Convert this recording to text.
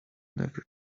never